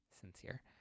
sincere